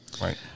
Right